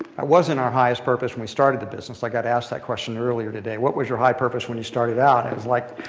wasn't our highest purpose when we started the business. i got asked that question earlier today. what was your high purpose when you started out? it was like,